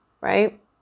Right